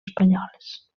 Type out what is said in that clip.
espanyoles